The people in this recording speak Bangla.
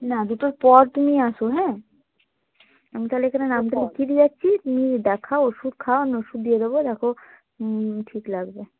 না দুটোর পর তুমি আসো হ্যাঁ আমি তাহলে এখানে নামটা লিখিয়ে দিয়ে যাচ্ছি তুমি দেখাও ওষুধ খাও ওষুধ দিয়ে দেবো দেখো ঠিক লাগবে